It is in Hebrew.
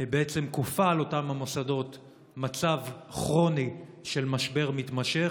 בעצם כופה על אותם המוסדות מצב כרוני של משבר מתמשך,